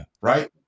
right